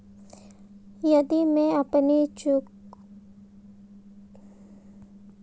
यदि मैं अपनी चुकौती राशि से अधिक भुगतान कर दूं तो क्या होगा?